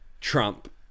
Trump